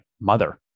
mother